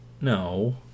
No